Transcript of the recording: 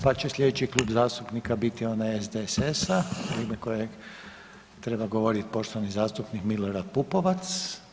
Pa će sljedeći klub zastupnika biti onaj SDSS-a u ime kojeg treba govoriti poštovani zastupnik Milorad Pupovac.